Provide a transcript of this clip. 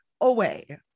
away